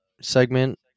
Segment